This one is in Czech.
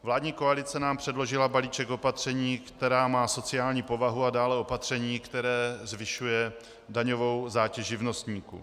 Vládní koalice nám předložila balíček opatření, která mají sociální povahu, a dále opatření, které zvyšuje daňovou zátěž živnostníků.